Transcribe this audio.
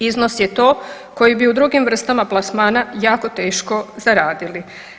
Iznos je to koji bi u drugim vrstama plasmana jako teško zaradili.